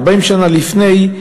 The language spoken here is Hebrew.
40 שנה לפני,